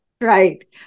Right